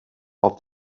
auf